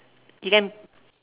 you can